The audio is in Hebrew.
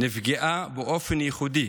נפגעה באופן ייחודי